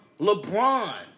LeBron